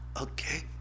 Okay